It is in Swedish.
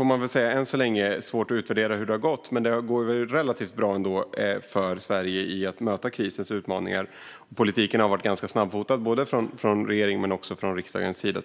är än så länge svårt att utvärdera hur det har gått. Men det går ändå relativt bra för Sverige att möta krisens utmaningar. Jag tycker att politiken har varit ganska snabbfotad både från regeringens och riksdagens sida.